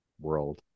world